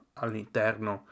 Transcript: all'interno